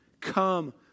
Come